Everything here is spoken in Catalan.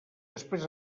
després